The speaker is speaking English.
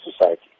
society